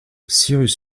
cyrus